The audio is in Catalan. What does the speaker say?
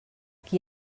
qui